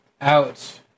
out